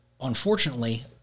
unfortunately